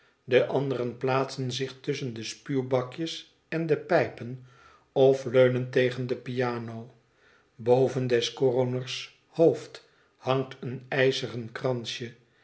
de anderen plaatsen zich tusschen de spuwbakjes en de pijpen of leunen tegen de piano boven des cöroners hoofd hangt een ijzeren kransje